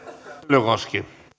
arvoisa